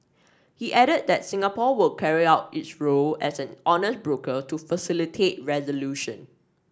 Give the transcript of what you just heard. he added that Singapore will carry out its role as an honest broker to facilitate resolution